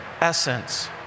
essence